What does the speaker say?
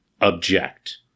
object